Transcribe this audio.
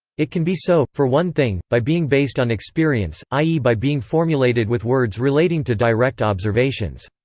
it can be so, for one thing, by being based on experience, i e. by being formulated with words relating to direct observations.